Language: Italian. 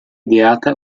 ideata